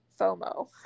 FOMO